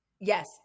Yes